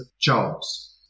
jobs